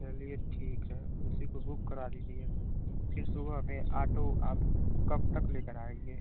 चलिए ठीक है उसी को बुक करा लीजिएगा फ़िर सुबह में आटो आप कब तक लेकर आएँगे